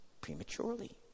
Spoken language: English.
prematurely